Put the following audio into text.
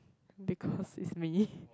because it's me